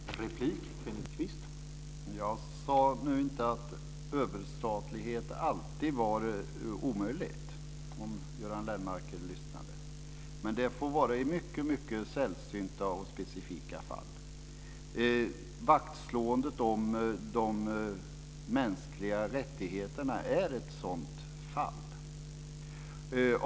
Herr talman! Om Göran Lennmarker lyssnade hörde han att jag inte sade att överstatlighet alltid var omöjligt. Men det får vara i mycket sällsynta och specifika fall. Vaktslåendet om de mänskliga rättigheterna är ett sådant fall.